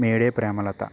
May Day Premalatha